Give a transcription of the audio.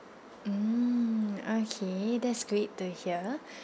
mm okay that is great to hear